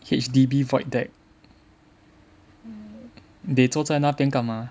H_D_B void deck they 坐在那边干嘛